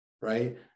right